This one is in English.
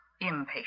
impatient